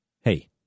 Hey